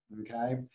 okay